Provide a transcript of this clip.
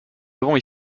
avons